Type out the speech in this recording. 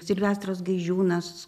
silvestras gaižiūnas